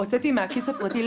הוצאתי מהכיס הפרטי.